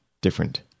different